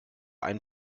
ein